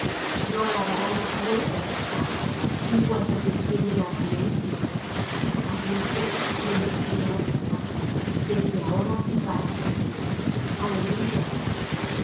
no alabarán los muertos á jah ni cuantos descienden al silencio mas nosotros bendeciremos á jah desde ahora para siempre aleluya